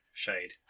shade